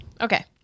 Okay